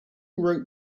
wrote